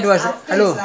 yes I can